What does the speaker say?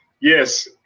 Yes